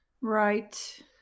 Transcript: Right